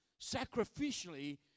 sacrificially